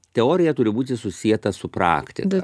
teorija turi būti susieta su praktika